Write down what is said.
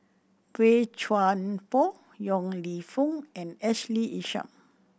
Boey Chuan Poh Yong Lew Foong and Ashley Isham